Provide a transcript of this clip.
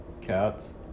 Cats